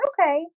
okay